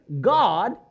God